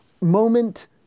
moment